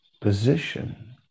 position